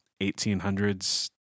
1800s